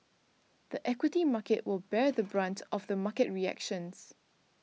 the equity market will bear the brunt of the market reactions